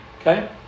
Okay